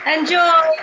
Enjoy